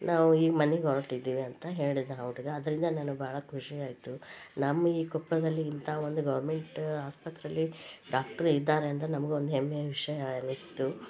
ನಾವು ಈಗ ಮನೆಗ್ ಹೊರಟಿದ್ದೀವಿ ಅಂತ ಹೇಳಿದ ಆ ಹುಡುಗ ಅದರಿಂದ ನನಗೆ ಭಾಳ ಖುಷಿ ಆಯಿತು ನಮ್ಮ ಈ ಕೊಪ್ಪಳದಲ್ಲಿ ಇಂಥ ಒಂದು ಗೌರ್ಮೆಂಟ್ ಆಸ್ಪತ್ರೇಲಿ ಡಾಕ್ಟ್ರ್ ಇದ್ದಾರೆ ಅಂದ್ರೆ ನಮಗೂ ಒಂದು ಹೆಮ್ಮೆಯ ವಿಷಯ ಅನಿಸಿತು